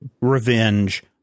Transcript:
Revenge